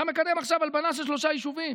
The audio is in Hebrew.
אתה מקדם עכשיו הלבנה של שלושה יישובים.